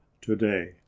today